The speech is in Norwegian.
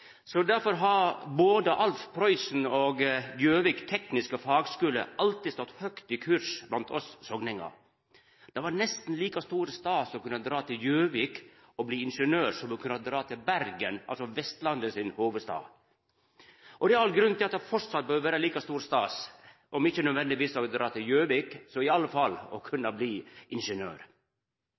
har både Alf Prøysen og Gjøvik tekniske fagskule alltid stått høgt i kurs blant oss sogningar. Det var nesten like stor stas å kunna dra til Gjøvik og bli ingeniør som å kunna dra til Bergen, Vestlandet sin hovudstad. Det er all grunn til at det framleis bør vera like stor stas, om ikkje nødvendigvis å dra til Gjøvik, så i alle fall å kunna bli